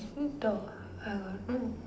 who talk I won't move